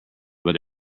but